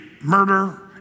murder